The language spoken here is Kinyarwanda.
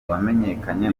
wamenyekanye